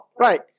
right